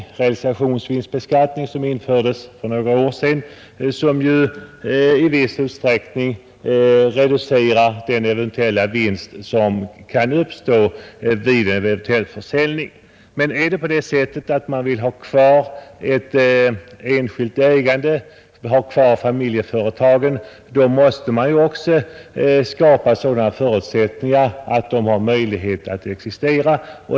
Den realisationsvinstbeskattning som infördes för några år sedan reducerar också i viss utsträckning den eventuella vinst som kan uppstå vid en eventuell försäljning. Vill man ha kvar ett enskilt ägande, vill man ha kvar familjeföretagen, då måste man också skapa sådana förutsättningar att de har möjlighet att existera.